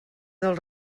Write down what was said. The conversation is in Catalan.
dels